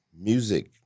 music